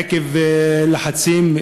ועקב לחצים,